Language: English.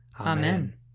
Amen